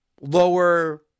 lower